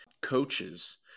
coaches